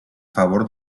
favor